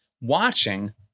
Watching